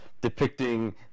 depicting